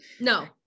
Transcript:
no